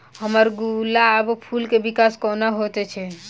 हम्मर गुलाब फूल केँ विकास कोना हेतै?